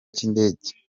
cy’indege